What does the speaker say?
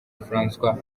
françois